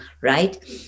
Right